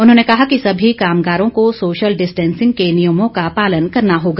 उन्होंने कहा कि सभी कामगारों को सोशल डिस्टेंसिंग के नियमों का पालन करना होगा